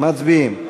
מצביעים.